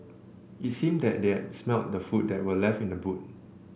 it seemed that they had smelt the food that were left in the boot